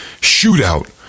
Shootout